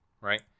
right